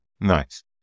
Nice